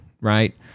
right